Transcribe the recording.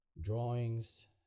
drawings